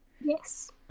Yes